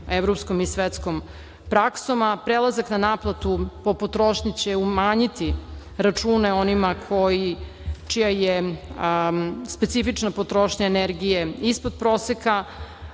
evropskom i svetskom praksom, a prelazak na naplatu po potrošnji će umanjiti račune onih čija je specifična potrošnja energije ispod proseka,